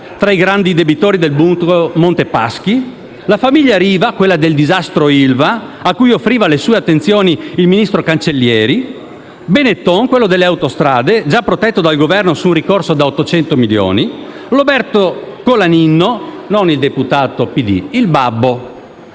tra i grandi debitori del gruppo Monte dei Paschi di Siena; la famiglia Riva, quella del disastro ILVA, a cui offriva le sue attenzioni il ministro Annamaria Cancellieri; Benetton, quello delle autostrade, già protetto dal Governo su un ricorso da 800 milioni; Roberto Colaninno, non il deputato PD, ma il babbo;